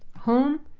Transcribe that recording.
home,